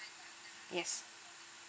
yes